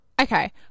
okay